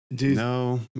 No